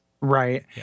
right